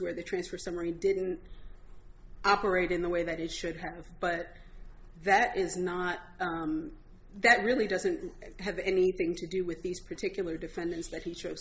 where the transfer summary didn't operate in the way that it should have but that is not that really doesn't have anything to do with these particular defendants that he chose